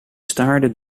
staarde